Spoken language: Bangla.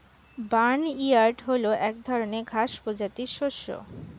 বার্নইয়ার্ড হল এক ধরনের ঘাস প্রজাতির শস্য